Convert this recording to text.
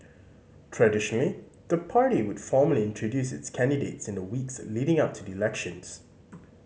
traditionally the party would formally introduce its candidates in the weeks leading up to the elections